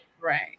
Right